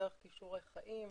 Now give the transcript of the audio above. דרך כישורי חיים ועוד.